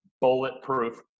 bulletproof